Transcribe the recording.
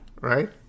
right